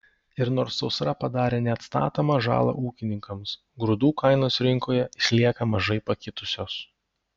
ir nors sausra padarė neatstatomą žalą ūkininkams grūdų kainos rinkoje išlieka mažai pakitusios